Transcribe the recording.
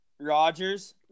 Rodgers